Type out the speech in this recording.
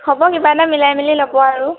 হ'ব কিবা এটা মিলাই মিলি ল'ব আৰু